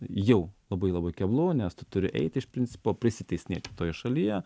jau labai labai keblu nes tu turi eiti iš principo prisiteisinėti toje šalyje